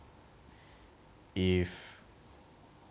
if